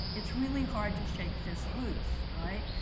it's really hard to shake this loose, right?